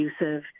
abusive